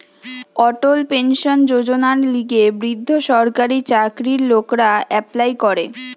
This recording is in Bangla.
অটল পেনশন যোজনার লিগে বৃদ্ধ সরকারি চাকরির লোকরা এপ্লাই করে